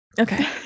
Okay